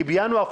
כי בינואר,